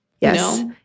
Yes